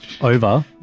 Over